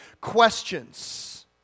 questions